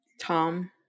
Tom